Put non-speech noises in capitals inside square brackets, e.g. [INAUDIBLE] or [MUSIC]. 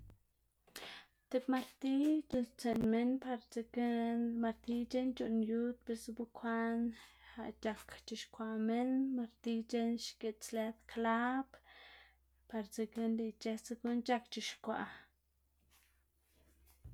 [NOISE] tib martiy c̲h̲uꞌnnstsiꞌn minn par dzekna martiy c̲h̲eꞌn c̲h̲uꞌnn yud biꞌltsa bekwaꞌn c̲h̲ak c̲h̲ixkwaꞌ minn martiy c̲h̲eꞌn xgits lëd klab, par dzekna lëꞌ ic̲h̲ësa guꞌn c̲h̲ak c̲h̲ixkwaꞌ. [NOISE]